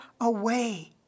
away